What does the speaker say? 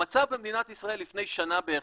המצב במדינת ישראל לפני שנה בערך,